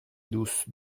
douce